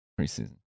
Preseason